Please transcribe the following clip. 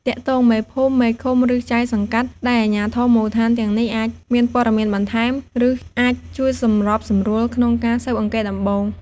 ទាក់ទងមេភូមិ មេឃុំ ឬ ចៅសង្កាត់ ដែលអាជ្ញាធរមូលដ្ឋានទាំងនេះអាចមានព័ត៌មានបន្ថែម ឬអាចជួយសម្របសម្រួលក្នុងការស៊ើបអង្កេតដំបូង។